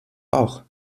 auch